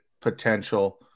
potential